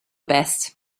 best